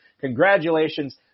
congratulations